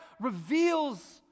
reveals